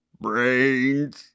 Brains